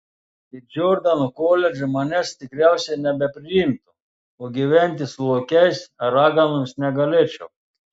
į džordano koledžą manęs tikriausiai nebepriimtų o gyventi su lokiais ar raganomis negalėčiau